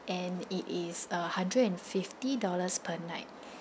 and it is uh hundred and fifty dollars per night